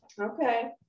Okay